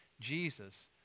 Jesus